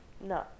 No